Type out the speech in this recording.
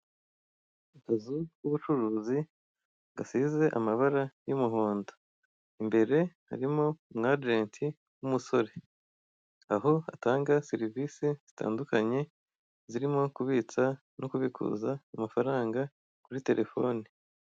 Akazu k'ubucuruzi gasize amabara y'umuhondo, imbere harimo umu ajenti w'umusore. Aho atanga serivise zitandukanye zirimo kubitsa no kubikuza amafaranga kuri telefone.